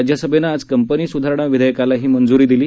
राज्यसभेनं आज कंपनी सुधारणा विधेयकालाही मंजुरी दिली